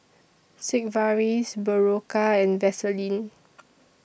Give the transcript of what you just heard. Sigvaris Berocca and Vaselin